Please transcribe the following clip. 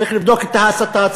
צריך לבדוק את ההסתה,